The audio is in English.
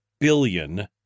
billion